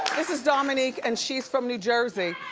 this is dominique and she's from new jersey.